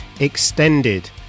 Extended